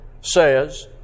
says